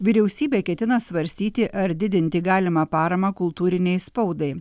vyriausybė ketina svarstyti ar didinti galimą paramą kultūrinei spaudai